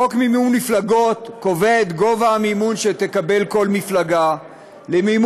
חוק מימון מפלגות קובע את גובה המימון שתקבל כל מפלגה למימון